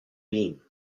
beam